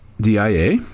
D-I-A